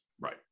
Right